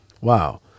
Wow